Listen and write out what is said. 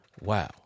wow